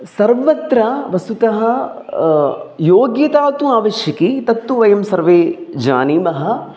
सर्वत्र वस्तुतः योग्यता तु आवश्यकी तत्तु वयं सर्वे जानीमः